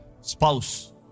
spouse